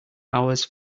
hours